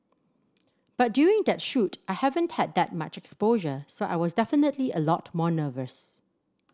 but during that shoot I haven't had that much exposure so I was definitely a lot more nervous